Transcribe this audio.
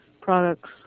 products